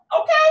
Okay